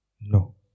No